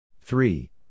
three